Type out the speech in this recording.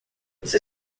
você